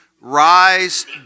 rise